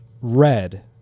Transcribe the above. red